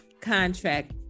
contract